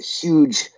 huge